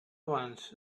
once